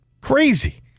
Crazy